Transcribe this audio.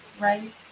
right